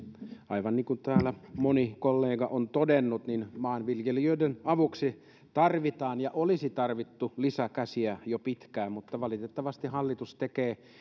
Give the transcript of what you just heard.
aivan niin kuin täällä moni kollega on todennut maanviljelijöiden avuksi tarvitaan lisäkäsiä ja olisi tarvittu jo pitkään mutta valitettavasti hallitus tekee